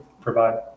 provide